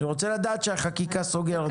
אני רוצה לדעת שהחקיקה סוגרת את זה.